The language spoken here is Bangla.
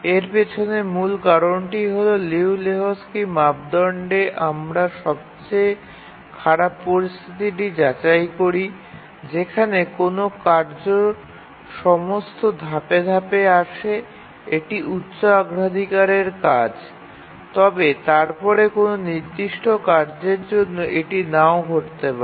এর পেছনের মূল কারণটি হল লিউ লেহোকস্কির মাপদণ্ডে আমরা সবচেয়ে খারাপ পরিস্থিতিটি যাচাই করি যেখানে কোনও কাজ সমস্ত ধাপে ধাপে আসে এটি উচ্চ অগ্রাধিকারের কাজ তবে তারপরে কোনও নির্দিষ্ট কার্যের জন্য এটি নাও ঘটতে পারে